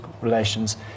relations